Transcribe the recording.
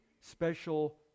special